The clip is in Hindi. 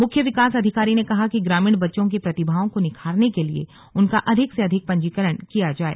मुख्य विकास अधिकारी ने कहा कि ग्रामीण बच्चों की प्रतिभाओं को निखारने के लिए उनका अधिक से अधिक पंजीकरण किया जाय